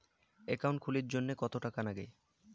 Account খুলির জন্যে কত টাকা নাগে?